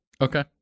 okay